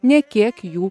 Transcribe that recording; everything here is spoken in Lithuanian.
nė kiek jų